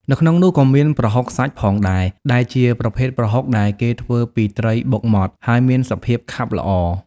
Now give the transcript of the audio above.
នៅក្នុងនោះក៏មាន ប្រហុកសាច់ ផងដែរ ដែលជាប្រភេទប្រហុកដែលគេធ្វើពីត្រីបុកម៉ដ្ឋ ហើយមានសភាពខាប់ល្អ។